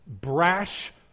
brash